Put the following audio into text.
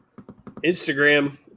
Instagram